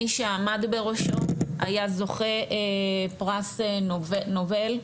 מי שעמד בראשו היה זוכה פרס נובל,